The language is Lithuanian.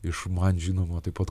iš man žinomo taip pat